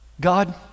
God